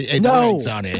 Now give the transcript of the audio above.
No